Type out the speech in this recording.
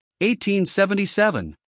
1877